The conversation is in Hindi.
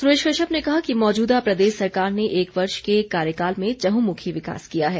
सुरेश कश्यप ने कहा कि मौजूदा प्रदेश सरकार ने एक वर्ष के कार्यकाल में चहुमुखी विकास किया है